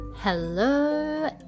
Hello